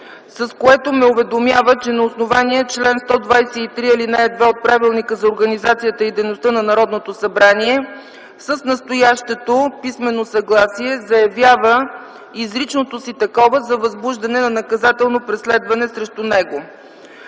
с което ме уведомява, че на основание чл. 123, ал. 2 от Правилника за организацията и дейността на Народното събрание с настоящето писмено съгласие заявява изричното си такова за възбуждане на наказателно преследване срещу него.